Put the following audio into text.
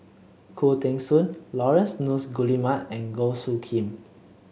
Khoo Teng Soon Laurence Nunns Guillemard and Goh Soo Khim